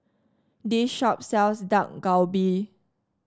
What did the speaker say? this shop sells Dak Galbi